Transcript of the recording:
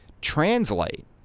translate